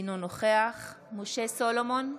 אינו נוכח משה סולומון,